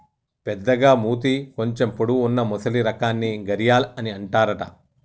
పెద్దగ మూతి కొంచెం పొడవు వున్నా మొసలి రకాన్ని గరియాల్ అని అంటారట